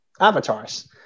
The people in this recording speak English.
avatars